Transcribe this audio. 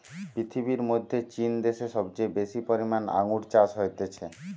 পৃথিবীর মধ্যে চীন দ্যাশে সবচেয়ে বেশি পরিমানে আঙ্গুর চাষ হতিছে